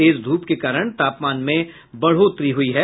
तेज धूप के कारण तापमान में बढ़ोतरी हुई है